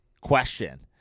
question